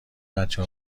بچه